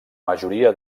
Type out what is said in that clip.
majoria